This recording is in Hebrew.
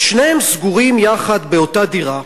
ושניהם סגורים יחד באותה דירה,